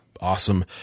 Awesome